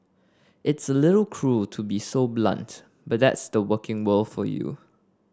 it's a little cruel to be so blunt but that's the working world for you